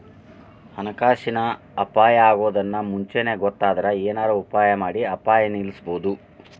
ಹಣಕಾಸಿನ್ ಅಪಾಯಾ ಅಗೊದನ್ನ ಮುಂಚೇನ ಗೊತ್ತಾದ್ರ ಏನರ ಉಪಾಯಮಾಡಿ ಅಪಾಯ ನಿಲ್ಲಸ್ಬೊದು